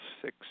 six